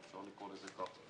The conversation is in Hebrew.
אפשר לקרוא לזה ככה.